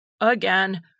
again